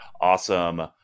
awesome